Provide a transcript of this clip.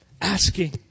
asking